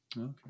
okay